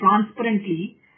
transparently